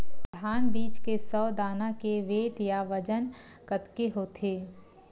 धान बीज के सौ दाना के वेट या बजन कतके होथे?